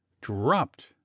dropped